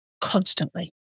constantly